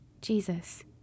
Jesus